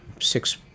six